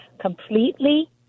completely